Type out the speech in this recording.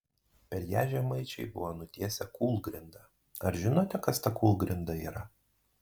per ją žemaičiai buvo nutiesę kūlgrindą ar žinote kas ta kūlgrinda yra